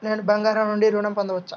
నేను బంగారం నుండి ఋణం పొందవచ్చా?